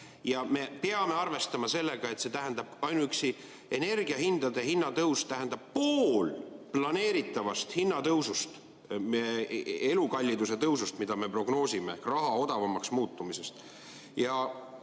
Me peame arvestama sellega, et ainuüksi energiahindade tõus tähendab poolt planeeritavast hinnatõusust, meie elukalliduse tõusust, mida me prognoosime, ehk raha odavamaks muutumisest.